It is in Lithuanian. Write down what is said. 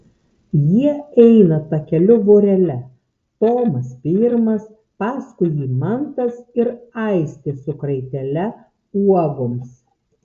jie eina takeliu vorele tomas pirmas paskui jį mantas ir aistė su kraitele uogoms